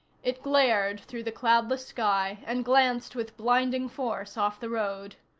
it glared through the cloudless sky and glanced with blinding force off the road.